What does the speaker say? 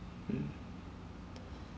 hmm